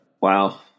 wow